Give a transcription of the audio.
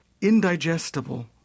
indigestible